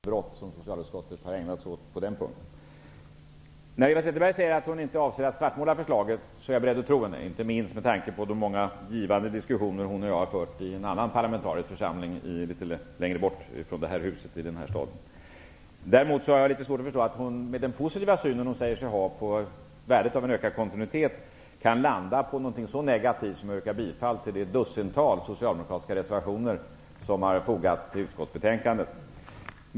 Fru talman! Jag valde förra gången att inte kommentera det som Eva Zetterberg sade sist, eftersom jag inte förstod det. Men Eva Zetterberg kommer säkert i sitt nästa inlägg att upplysa mig om vad det är för brott som socialutskottet har ägnat sig åt på den punkten. Jag är beredd att tro Eva Zetterberg när hon säger att hon inte vill svartmåla förslaget, inte minst med tanke på de många givande diskussioner hon och jag har fört i en annan parlamentarisk församling i den här staden. Däremot har jag litet svårt att förstå att hon, med den positiva syn hon säger sig ha på värdet av en ökad kontinuitet, kan komma fram till något så negativt som att yrka bifall till det dussintal socialdemokratiska reservationer som har fogats till utskottsbetänkandet.